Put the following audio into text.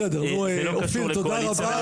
בסדר, נו, אופיר, תודה רבה.